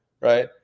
right